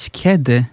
kiedy